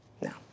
no